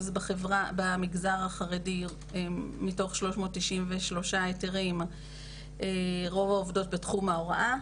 במגזר החרדי מתוך 393 היתרים רוב העובדות מתחום ההוראה,